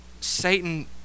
Satan